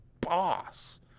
boss